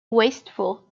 wasteful